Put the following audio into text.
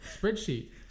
spreadsheet